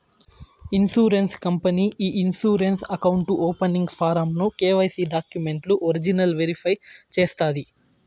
insurance company ఈ insurance account opening form ను KYC డాక్యుమెంట్లు ఒరిజినల్ వెరిఫై చేస్తాది